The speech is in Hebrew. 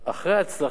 אחרי ההצלחה?